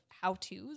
how-tos